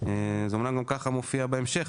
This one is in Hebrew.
זה אומנם גם ככה מופיע בהמשך,